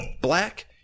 Black